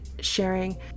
Sharing